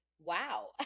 Wow